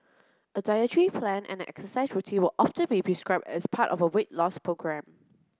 a dietary plan and exercise routine will often be prescribed as part of a weight loss programme